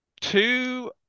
two